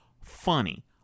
funny